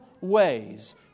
ways